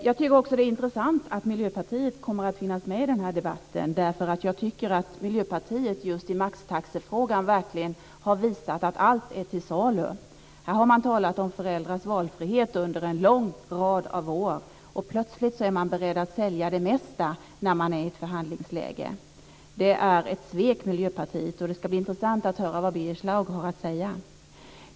Jag tycker också att det är intressant att Miljöpartiet kommer att finnas med i den här debatten, därför att jag tycker att Miljöpartiet just i maxtaxefrågan verkligen har visat att allt är till salu. Här har man talat om föräldrars valfrihet under en lång rad år, men plötsligt är man beredd att sälja det mesta när man är i ett förhandlingsläge. Det är ett svek från Miljöpartiet. Det ska bli intressant att höra vad Birger Schlaug har att säga.